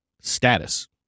Status